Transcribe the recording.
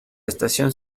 estación